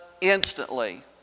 instantly